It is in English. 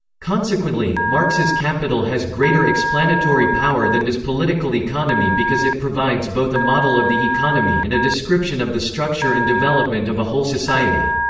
consequently, marx's capital has greater explanatory power than does political economy because it provides both a model of the economy and a description of the structure and development of a whole society.